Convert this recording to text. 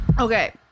Okay